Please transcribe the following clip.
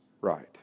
right